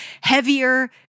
Heavier